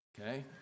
Okay